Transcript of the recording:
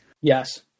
Yes